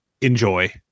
Enjoy